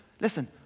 Listen